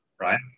right